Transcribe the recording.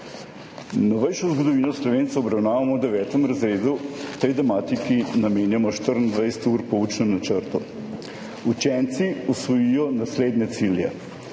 »Novejšo zgodovino Slovencev obravnavamo v devetem razredu, tej tematiki namenjamo 24 ur po učnem načrtu. Učenci usvojijo naslednje cilje: